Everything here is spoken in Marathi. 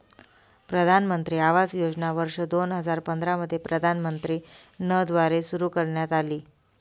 प्रधानमंत्री आवास योजना वर्ष दोन हजार पंधरा मध्ये प्रधानमंत्री न द्वारे सुरू करण्यात आली